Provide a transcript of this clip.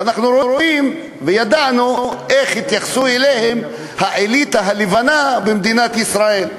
ואנחנו יודעים איך התייחסה אליהם האליטה הלבנה במדינת ישראל,